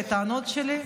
לטענות שלי.